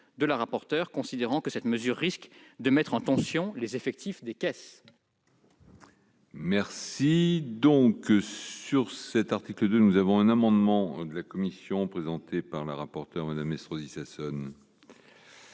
de la rapporteure, considérant que cette mesure risque de mettre en tension les effectifs des caisses.